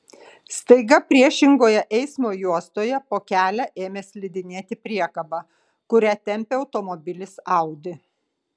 staiga priešingoje eismo juostoje po kelią ėmė slidinėti priekaba kurią tempė automobilis audi